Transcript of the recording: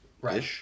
Right